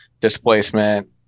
displacement